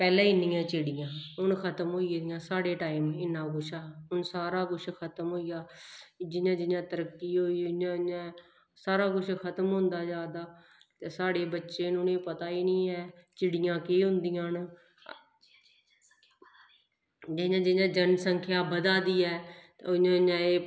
पैह्लें इन्नियां चिड़ियां हां हून खतम होई गेदियां साढ़े टाइम इन्ना कुछ हा हून सारा कुछ खतम होई गेआ जियां जियां तरक्की होई उ'आं उ'आं सारा कुछ खतम होंदा जा दा ते साढ़े बच्चे न उ'नेंगी पता गै निं ऐ चिड़ियां केह् होंदियां न जियां जियां जनसंख्या बधा दी ऐ ते उ'आं उ'आं एह्